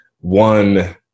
one